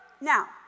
Now